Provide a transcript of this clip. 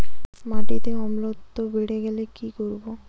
মাটিতে অম্লত্ব বেড়েগেলে কি করব?